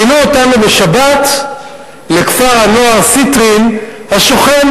ופינו אותנו בשבת לכפר-הנוער סיטרין השוכן